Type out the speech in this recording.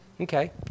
Okay